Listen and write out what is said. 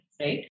right